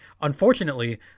Unfortunately